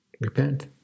Repent